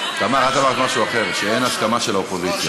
תמר, את אמרת משהו אחר, שאין הסכמה של האופוזיציה.